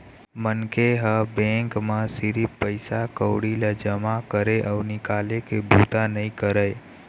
मनखे ह बेंक म सिरिफ पइसा कउड़ी ल जमा करे अउ निकाले के बूता नइ करय